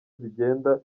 zigenda